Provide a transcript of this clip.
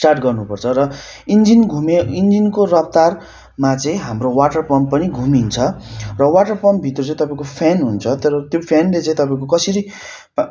start गर्नुपर्छ र engine घुमे इन्जिनको रफ्तारमा चाहिँ हाम्रो वाटार पम्प पनि घुमिन्छ र वाटार पम्पभित्र चाहिँ तपाईँको फ्यान हुन्छ तर त्यो फ्यानले चाहिँ तपाईँको कसरी